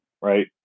right